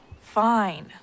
Fine